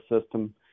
system